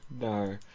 no